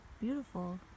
beautiful